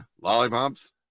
Lollipops